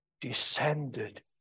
descended